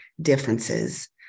differences